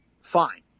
Fine